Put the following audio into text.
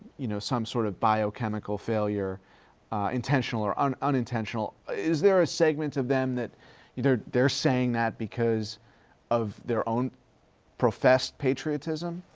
you know, some sort of biochemical failure intentional or um unintentional, is there a segment of them that either they're saying that because of their own professed patriotism?